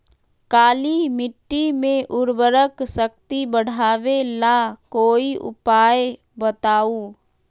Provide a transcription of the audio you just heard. काली मिट्टी में उर्वरक शक्ति बढ़ावे ला कोई उपाय बताउ?